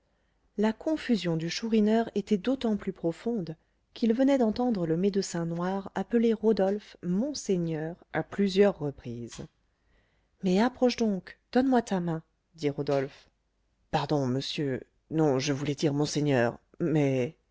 la confusion du chourineur était d'autant plus profonde qu'il venait d'entendre le médecin noir appeler rodolphe monseigneur à plusieurs reprises mais approche donc donne-moi ta main dit rodolphe pardon monsieur non je voulais dire monseigneur mais